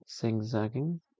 zigzagging